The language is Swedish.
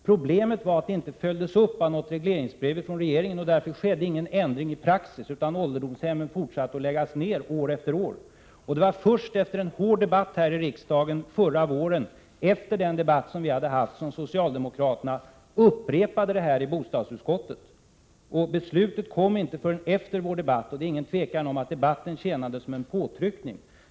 Problemet var att det beslutet inte följdes upp av något regleringsbrev från regeringen och att det därför inte skedde någon ändring i praxis, utan att man fortsatte att lägga ner ålderdomshem år efter år. Det var först efter en hård debatt här i riksdagen förra våren, efter den debatt vi hade i TV, som socialdemokraterna upprepade detta i bostadsutskottet. Beslutet kom inte förrän efter vår debatt, och det råder ingen tvekan om att debatten tjänade som en påtryckning.